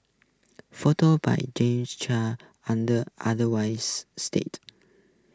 photos by Jamie chan unless otherwise stated